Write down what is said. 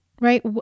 right